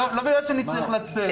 לא, לא בגלל שאני צריך לצאת.